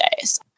days